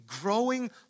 growing